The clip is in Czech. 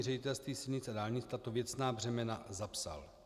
Ředitelství silnic a dálnic tato věcná břemena zapsal.